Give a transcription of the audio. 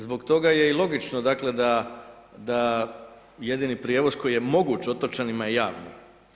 Zbog toga je i logično dakle, da jedini prijevoz koji je moguć otočanima je javni.